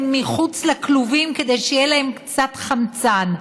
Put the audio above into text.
מחוץ לכלובים כדי שיהיה להם קצת חמצן.